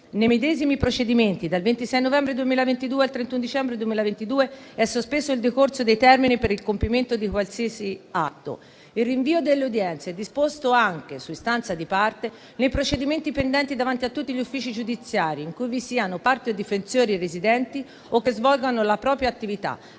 Nei medesimi procedimenti dal 26 novembre 2022 al 31 dicembre 2022 è sospeso il decorso dei termini per il compimento di qualsiasi atto. Il rinvio delle udienze è disposto anche, su istanza di parte, nei procedimenti pendenti davanti a tutti gli uffici giudiziari in cui vi siano parti o difensori residenti o che svolgano la propria attività